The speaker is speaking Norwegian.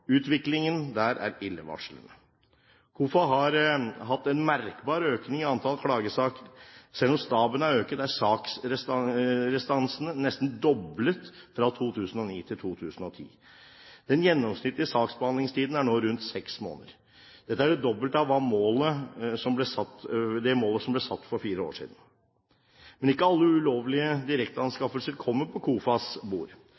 Utviklingen der er illevarslende. KOFA har hatt en merkbar økning i antall klagesaker. Selv om staben er økt, er saksrestansene nesten doblet fra 2009 til 2010. Den gjennomsnittlige saksbehandlingstiden er nå rundt seks måneder. Dette er det dobbelte av det målet som ble satt for fire år siden. Men ikke alle ulovlige